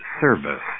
service